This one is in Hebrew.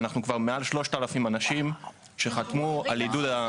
אנחנו כבר מעל 3,000 אנשים שחתמו על עידוד.